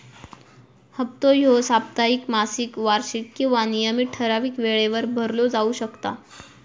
हप्तो ह्यो साप्ताहिक, मासिक, वार्षिक किंवा नियमित ठरावीक वेळेवर भरलो जाउ शकता